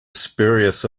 spurious